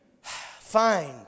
find